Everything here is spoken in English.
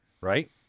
right